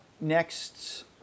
next